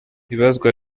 ibazwa